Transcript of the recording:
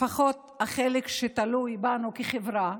לפחות החלק שתלוי בנו כחברה,